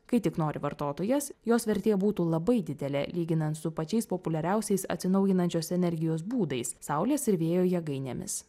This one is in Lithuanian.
kai tik nori vartotojas jos vertė būtų labai didelė lyginant su pačiais populiariausiais atsinaujinančios energijos būdais saulės ir vėjo jėgainėmis